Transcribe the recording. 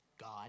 God